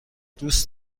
دوست